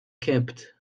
kept